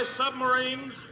submarines